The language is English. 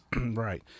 Right